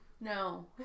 No